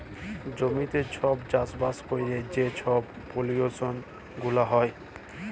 জমিতে ছব চাষবাস ক্যইরে যে ছব পলিউশল গুলা হ্যয়